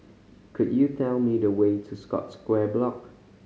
could you tell me the way to Scotts Square Block